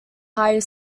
higher